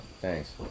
Thanks